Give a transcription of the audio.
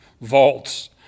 vaults